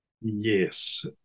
yes